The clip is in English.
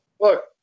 look